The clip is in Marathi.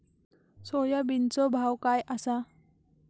सोयाबीनचो भाव काय आसा?